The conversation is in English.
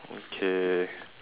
okay